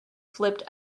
flipped